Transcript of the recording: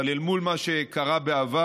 אבל אל מול מה שקרה בעבר,